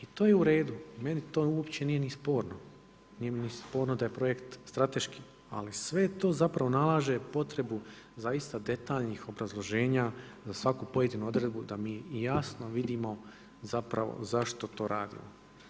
I to je uredu, meni to uopće nije ni sporno, nije mi ni sporno da je projekt strateški, ali sve to zapravo nalaže potrebu zaista detaljnih obrazloženja za svaku pojedinu odredbu da mi jasno vidimo zašto to radimo.